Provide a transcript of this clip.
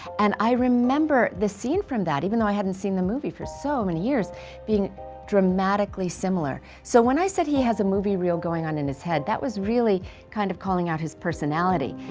and i remember the scene from that even though i hadn't seen the movie for so many years being dramatically similar. so when i said he has a movie reel going on in his head that was really kind of calling out his personality.